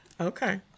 Okay